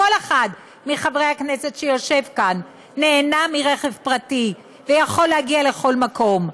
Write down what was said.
מחברי הכנסת שיושב כאן נהנה מרכב פרטי ויכול להגיע לכל מקום.